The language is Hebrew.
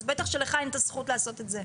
אז בטח שלך אין את הזכות לעשות את זה.